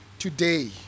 today